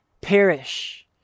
perish